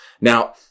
Now